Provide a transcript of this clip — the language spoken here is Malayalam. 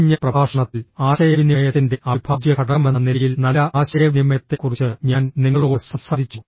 കഴിഞ്ഞ പ്രഭാഷണത്തിൽ ആശയവിനിമയത്തിന്റെ അവിഭാജ്യ ഘടകമെന്ന നിലയിൽ നല്ല ആശയവിനിമയത്തെക്കുറിച്ച് ഞാൻ നിങ്ങളോട് സംസാരിച്ചു